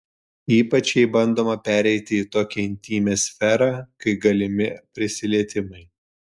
ypač jei bandoma pereiti į tokią intymią sferą kai galimi prisilietimai